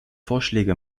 vorschläge